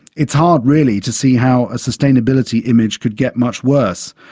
it's hard, really, to see how a sustainability image could get much worse,